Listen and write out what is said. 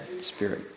spirit